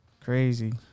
Crazy